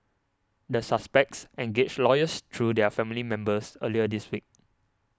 the suspects engaged lawyers through their family members earlier this week